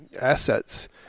assets